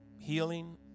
healing